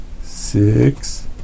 Six